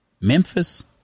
Memphis